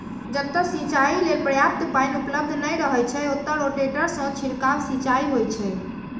जतय सिंचाइ लेल पर्याप्त पानि उपलब्ध नै रहै छै, ओतय रोटेटर सं छिड़काव सिंचाइ होइ छै